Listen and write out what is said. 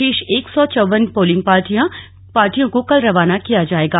शेष एक सौ चव्वन पोलिंग पार्टियों को कल रवाना किया जायेगा